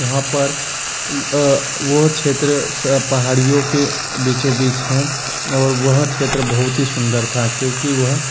वहाँ पर वह क्षेत्र से पहाड़ियों के बीचो बीच हैं और वह क्षेत्र बहुत ही सुन्दर था क्योंकि वह